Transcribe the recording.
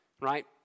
right